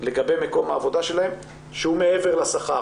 לגבי מקום העבודה שלהם שהוא מעבר לשכר.